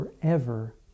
forever